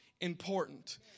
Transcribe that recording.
important